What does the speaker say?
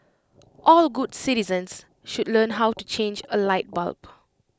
all good citizens should learn how to change A light bulb